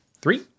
Three